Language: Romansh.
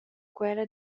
quella